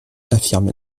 affirmait